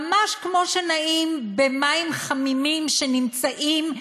ממש כמו שנעים במים חמימים שנמצאים,